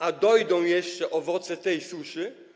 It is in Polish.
A dojdą jeszcze owoce tej suszy.